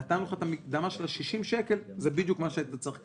נתנו לך את המקדמה של ה-60 שקלים וזה בדיוק מה שהיית צריך לקבל.